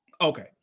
Okay